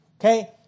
Okay